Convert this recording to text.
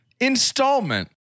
installment